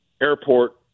airport